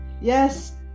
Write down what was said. Yes